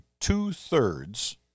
two-thirds